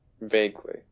Vaguely